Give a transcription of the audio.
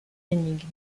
énigmes